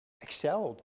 excelled